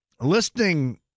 listening